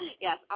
yes